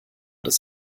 des